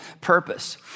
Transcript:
purpose